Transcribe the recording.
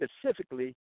specifically